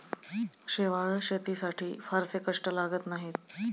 शेवाळं शेतीसाठी फारसे कष्ट लागत नाहीत